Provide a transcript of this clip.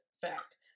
fact